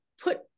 put